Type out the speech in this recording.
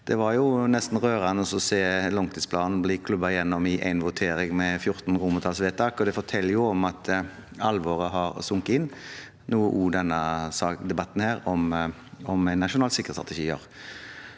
det var nesten rørende å se langtidsplanen bli klubbet gjennom i en votering med fjorten romertallsvedtak. Det forteller jo om at alvoret har sunket inn, noe også denne debatten om en nasjonal sikkerhetsstrategi gjør.